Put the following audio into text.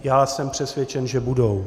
Já jsem přesvědčen, že budou.